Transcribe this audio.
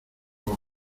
los